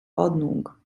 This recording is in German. ordnung